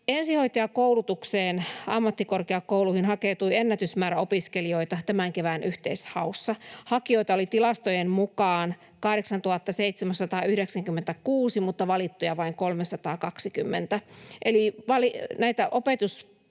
Ensihoitajakoulutukseen ammattikorkeakouluihin hakeutui ennätysmäärä opiskelijoita tämän kevään yhteishaussa. Hakijoita oli tilastojen mukaan 8 796 mutta valittuja vain 320,